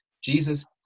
Jesus